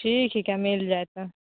ठीक हिके मिल जाएत